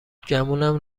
گمونم